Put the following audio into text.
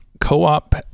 co-op